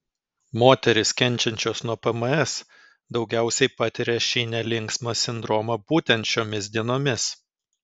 moterys kenčiančios nuo pms daugiausiai patiria šį nelinksmą sindromą būtent šiomis dienomis